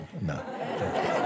No